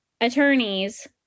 attorneys